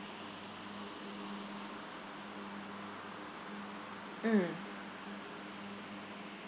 mm